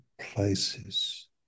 places